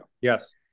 Yes